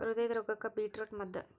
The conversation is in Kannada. ಹೃದಯದ ರೋಗಕ್ಕ ಬೇಟ್ರೂಟ ಮದ್ದ